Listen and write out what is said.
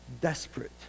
desperate